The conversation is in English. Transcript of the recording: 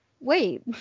wait